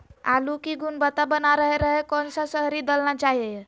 आलू की गुनबता बना रहे रहे कौन सा शहरी दलना चाये?